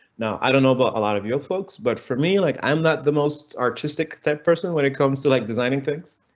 now i don't know about a lot of your folks, but for me like i'm not the most artistic type person when it comes to like designing things,